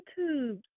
YouTube